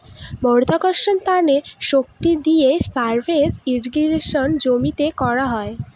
মাধ্যাকর্ষণের শক্তি দিয়ে সারফেস ইর্রিগেশনে জমিতে করা হয়